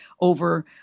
over